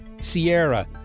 Sierra